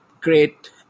great